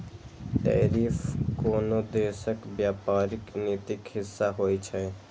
tariff कोनो देशक व्यापारिक नीतिक हिस्सा होइ छै